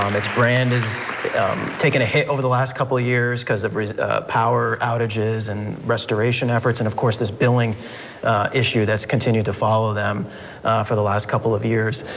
um its brand has taken a hit over the last couple of years cause of power outages and restoration efforts, and of course this billing issue that's continued to follow them for the last couple of years.